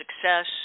success